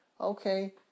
Okay